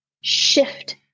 shift